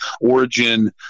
origin